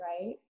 right